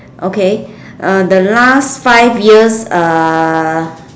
okay uh the last five years uh